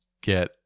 get